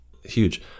huge